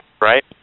right